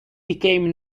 became